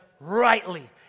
rightly